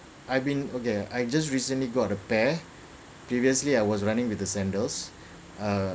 I've been okay I just recently got a pair previously I was running with the sandals uh